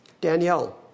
Danielle